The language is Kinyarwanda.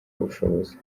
ubushobozi